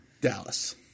Dallas